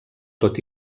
tot